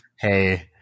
Hey